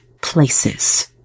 places